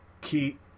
key